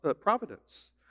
providence